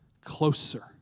closer